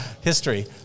history